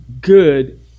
good